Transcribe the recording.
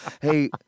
Hey